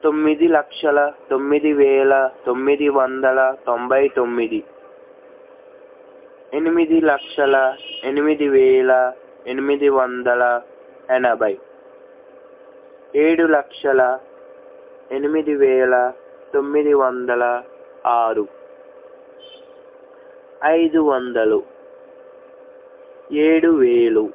తొమ్మిది లక్షల తొమ్మిది వేల తొమ్మిది వందల తొంభై తొమ్మిది ఎనిమిది లక్షల ఎనిమిది వేల ఎనిమిది వందల ఎనభై ఏడు లక్షల ఎనిమిది వేల తొమ్మిది వందల ఆరు ఐదు వందలు ఏడు వేలు